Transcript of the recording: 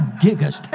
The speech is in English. gigas